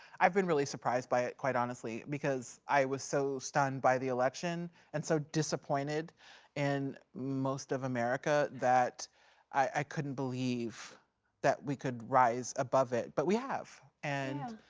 i've been really surprised by it quite honestly. because, i was so stunned by the election and so disappointed in most of america, that i couldn't believe that we could rise above it. but, we have. yeah. and